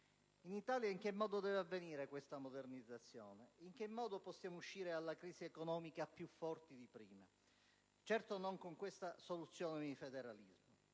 In Italia, in che modo deve avvenire questa modernizzazione? In che modo possiamo uscire dalla crisi economica più forti di prima? Certo non con questa soluzione di federalismo.